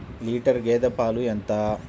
Litre గేదె పాలు ఎంత?